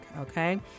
okay